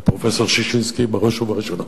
לפרופסור ששינסקי בראש ובראשונה,